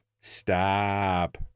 Stop